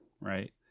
right